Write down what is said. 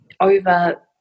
over